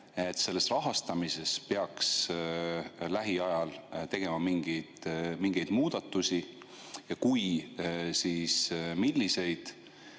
et selles rahastamises peaks lähiajal tegema mingeid muudatusi, ja kui, siis milliseid?